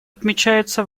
отмечается